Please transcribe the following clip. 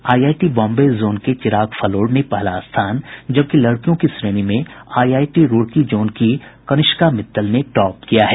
IIT Bombay zone के चिराग फलोर ने पहला स्थान जबकि लड़कियों की श्रेणी में आईआईटी रुड़की जोन की कनिष्का मित्तल ने टॉप किया है